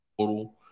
total